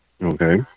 Okay